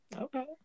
Okay